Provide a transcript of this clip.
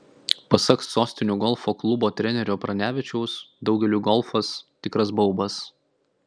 pasak sostinių golfo klubo trenerio pranevičiaus daugeliui golfas tikras baubas